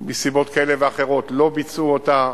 מסיבות כאלה ואחרות לא ביצעו אותה.